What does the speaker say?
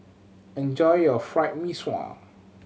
enjoy your Fried Mee Sua